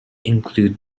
include